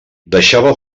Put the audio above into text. deixava